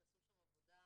שעשו שם עבודה.